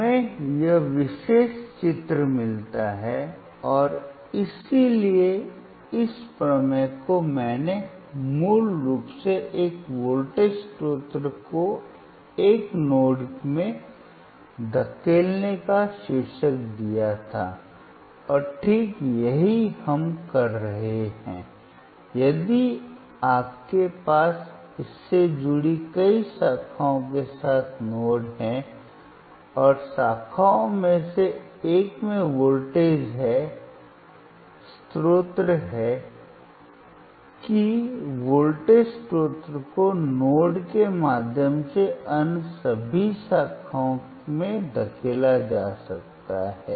हमें यह विशेष चित्र मिलता है और इसीलिए इस प्रमेय को मैंने मूल रूप से एक वोल्टेज स्रोत को एक नोड में धकेलने का शीर्षक दिया था और ठीक यही हम कर रहे हैं यदि आपके पास इससे जुड़ी कई शाखाओं के साथ नोड है और शाखाओं में से एक में वोल्टेज है स्रोत है कि वोल्टेज स्रोत को नोड के माध्यम से अन्य सभी शाखाओं में धकेला जा सकता है